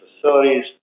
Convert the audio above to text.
facilities